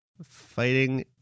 fighting